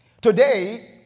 today